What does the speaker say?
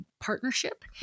partnership